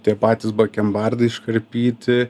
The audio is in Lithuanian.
tie patys bakembardai iškarpyti